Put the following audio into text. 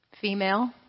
female